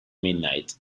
midnight